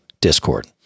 discord